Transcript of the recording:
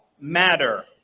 matter